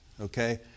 Okay